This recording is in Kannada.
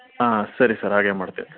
ಹಾಂ ಸರಿ ಸರ್ ಹಾಗೆ ಮಾಡ್ತೀನಿ